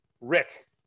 Rick